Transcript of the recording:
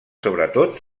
sobretot